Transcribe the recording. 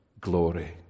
glory